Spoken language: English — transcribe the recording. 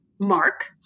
mark